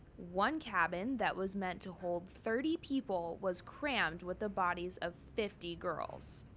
one cabin that was meant to hold thirty people was crammed with the bodies of fifty girls.